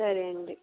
సరే అండి